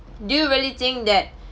do you really think that